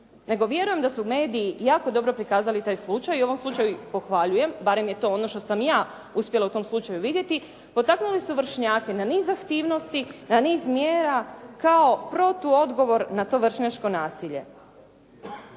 nego vjerujem da su mediji jako dobro prikazali taj slučaj i u ovom slučaju ih pohvaljujem, barem je to ono što sam ja uspjela u tom slučaju vidjeti. Potaknuli su vršnjake na niz aktivnosti, na niz mjera, kao protuodgovor na to vršnjačko nasilje.